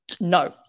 No